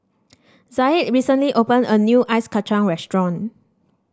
Zaid recently opened a new Ice Kacang restaurant